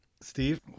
Steve